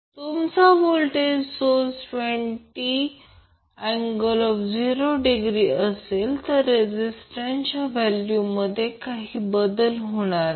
तुमचा voltage source 20∠0° असेल तर रेझिस्टन्स च्या व्हॅल्यूमध्ये काही बदल होणार नाही